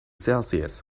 celsius